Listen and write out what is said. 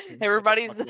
Everybody's